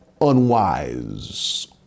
unwise